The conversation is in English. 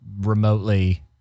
remotely